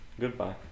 Goodbye